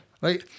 Right